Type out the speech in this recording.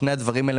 שני הדברים האלה,